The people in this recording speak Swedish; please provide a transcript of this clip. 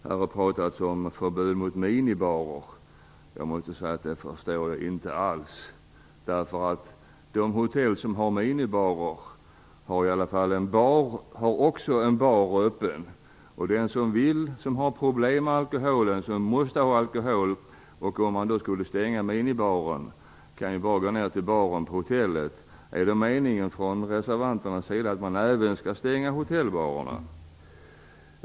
Här har talats om förbud mot minibarer. Det förstår jag inte alls. De hotell som har minibarer har också en bar öppen. Den som har problem med alkoholen och måste ha alkohol kan ju bara gå ned till baren på hotellet, om man skulle stänga minibaren. Är det reservanternas mening att man skall stänga hotellbarerna också?